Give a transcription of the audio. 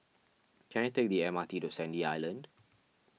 can I take the M R T to Sandy Island